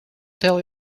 tell